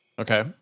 Okay